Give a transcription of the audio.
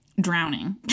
drowning